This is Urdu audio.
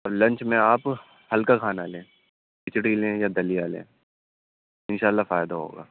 لنچ میں آپ ہلکا کھانا لیں کھچڑی لیں یا دلیا لیں اِنشاء اللہ فائدہ ہوگا